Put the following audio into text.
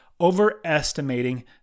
overestimating